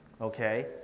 Okay